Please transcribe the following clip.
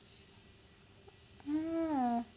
yeah